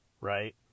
Right